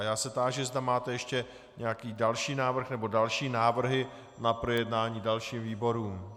Já se táži, zda máte ještě nějaký další návrh nebo další návrhy na projednání dalším výborům.